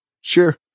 sure